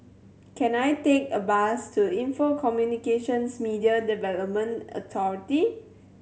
can I take a bus to Info Communications Media Development Authority